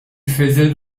faisait